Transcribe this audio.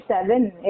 seven